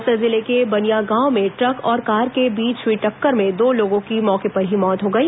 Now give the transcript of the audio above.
बस्तर जिले के बनिया गांव में ट्रक और कार के बीच हुई टक्कर में दो लोगों की मौके पर ही मौत हो गई